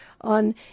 on